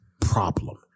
problem